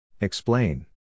Explain